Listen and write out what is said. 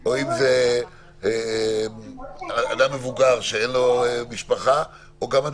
או אדם מבוגר שאין לו משפחה או גם אדם